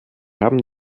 haben